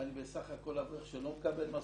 ואני בסך הכול אברך שלא מקבל משכורת.